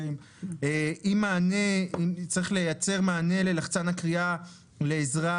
אם צריך לייצר מענה ללחצן הקריאה לעזרה